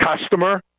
customer